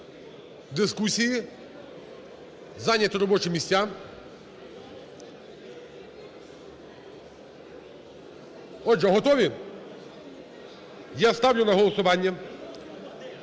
дискусії, зайняти робочі місця. Отже, готові? Я ставлю на голосування